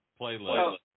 playlist